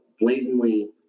blatantly